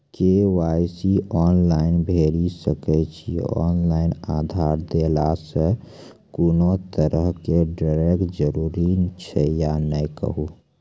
KYC online भैरि सकैत छी, ऑनलाइन आधार देलासॅ कुनू तरहक डरैक जरूरत छै या नै कहू?